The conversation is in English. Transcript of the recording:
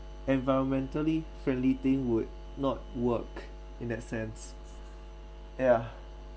environmentally friendly thing would not work in that sense yeah